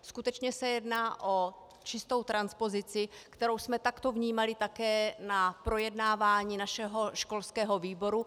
Skutečně se jedná o čistou transpozici, kterou jsme takto vnímali také na projednávání našeho školského výboru.